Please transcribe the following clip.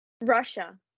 Russia